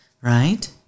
right